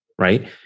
right